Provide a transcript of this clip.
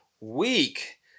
week